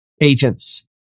agents